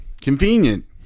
Convenient